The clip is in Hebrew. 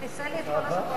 חיסל לי את כל השוקולדים,